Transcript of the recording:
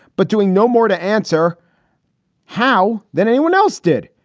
but doing no more to answer how than anyone else did.